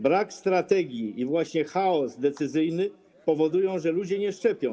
Brak strategii i właśnie chaos decyzyjny powodują, że ludzie się nie szczepią.